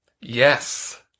Yes